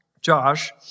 Josh